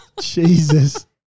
Jesus